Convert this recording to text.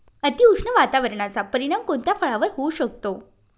अतिउष्ण वातावरणाचा परिणाम कोणत्या फळावर होऊ शकतो?